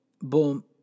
boom